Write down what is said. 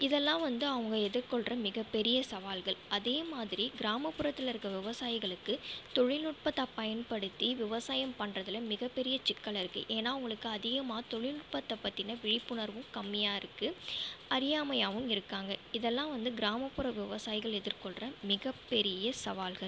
இதெலாம் வந்து அவங்க எதிர்கொள்கிற மிகப்பெரிய சவால்கள் அதே மாதிரி கிராமபுறத்தில் இருக்கிற விவசாயிகளுக்கு தொழில்நுட்பத்தைப் பயன்படுத்தி விவசாயம் பண்ணுறதுல மிகப்பெரிய சிக்கல் இருக்குது ஏன்னால் அவங்களுக்கு அதிகமாக தொழில்நுட்பத்தை பற்றின விழிப்புணர்வும் கம்மியாருக்கு அறியாமையாகவும் இருக்காங்க இதெலாம் வந்து கிராமபுற விவசாயிகள் எதிர்கொள்கிற மிக பெரிய சவால்கள்